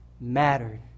mattered